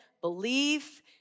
belief